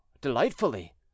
delightfully